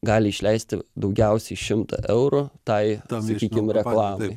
gali išleisti daugiausiai šimtą eurų tai sakykim reklamai